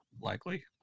Likely